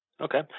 Okay